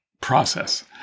process